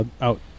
Out